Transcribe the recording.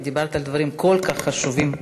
כי דיברת על דברים כל כך חשובים.